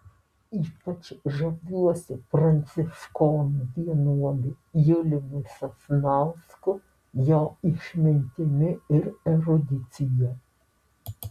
ypač žaviuosi pranciškonų vienuoliu juliumi sasnausku jo išmintimi ir erudicija